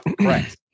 right